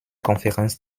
konferenz